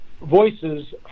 Voices